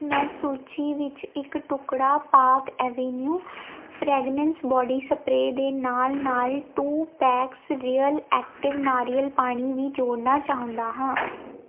ਮੈਂ ਸੂਚੀ ਵਿੱਚ ਇੱਕ ਟੁਕੜਾ park avenue fragrance body spray ਦੇ ਨਾਲ ਨਾਲ ਟੂ ਪੈਕਸ ਰੀਅਲ ਐਕਟਿਵ ਨਾਰੀਅਲ ਪਾਣੀ ਵੀ ਜੋੜਨਾ ਚਾਹੁੰਦਾ ਹਾਂ